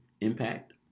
Impact